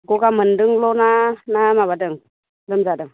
गगा मोनदोंल' ना मा माबादों लोमजादों